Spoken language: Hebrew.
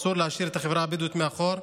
אסור להשאיר את החברה הבדואית מאחור.